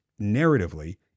narratively